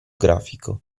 grafico